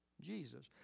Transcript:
Jesus